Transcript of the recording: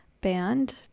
band